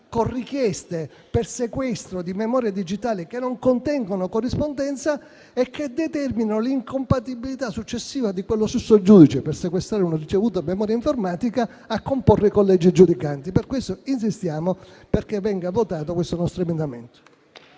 con richieste di sequestro di memorie digitali che non contengono corrispondenza e che determinano l'incompatibilità successiva di quello stesso giudice che sequestra una memoria informatica a comporre i collegi giudicanti. Per questo insistiamo affinché venga votato il nostro emendamento.